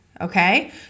okay